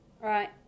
right